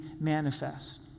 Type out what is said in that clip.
manifest